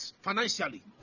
financially